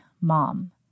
mom